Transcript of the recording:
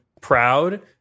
proud